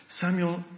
Samuel